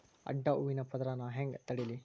ಅಡ್ಡ ಹೂವಿನ ಪದರ್ ನಾ ಹೆಂಗ್ ತಡಿಲಿ?